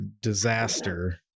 disaster